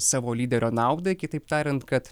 savo lyderio naudai kitaip tariant kad